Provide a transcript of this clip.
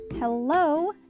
Hello